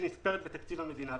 שנספרת בתקציב המדינה.